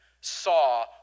saw